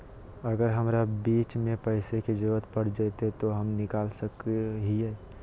अगर हमरा बीच में पैसे का जरूरत पड़ जयते तो हम निकल सको हीये